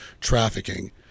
trafficking